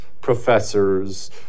professors